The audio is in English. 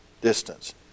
distance